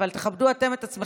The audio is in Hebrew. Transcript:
אבל תכבדו אתם את עצמכם,